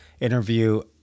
interview